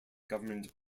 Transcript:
government